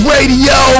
Radio